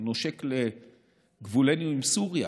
שנושק לגבולנו עם סוריה,